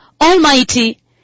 Almighty